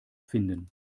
finden